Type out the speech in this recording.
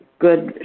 good